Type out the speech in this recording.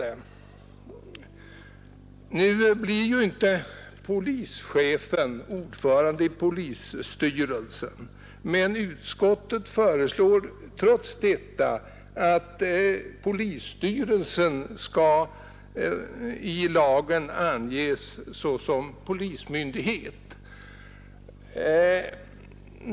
Polischefen blir inte ordförande i polisstyrelsen, men utskottet föreslår trots detta att polisstyrelsen skall i lagen anges såsom polismyndighet.